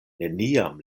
neniam